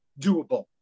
doable